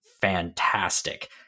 fantastic